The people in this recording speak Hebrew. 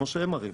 כמו שהם מראים,